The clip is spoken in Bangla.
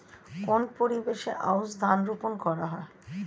কোন পরিবেশে আউশ ধান রোপন করা হয়?